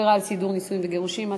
(עבירה על סידור נישואין וגירושין),